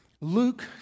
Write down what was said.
Luke